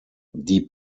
die